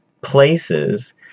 places